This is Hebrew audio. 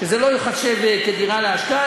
שזה לא ייחשב כדירה להשקעה.